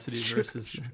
versus